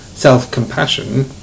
self-compassion